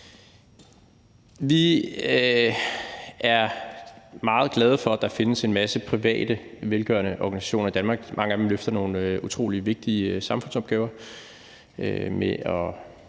Vi er meget glade for, at der findes en masse private velgørende organisationer i Danmark. Mange af dem løfter nogle utrolig vigtige samfundsopgaver med at